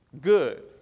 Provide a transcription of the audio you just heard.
good